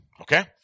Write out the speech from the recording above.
Okay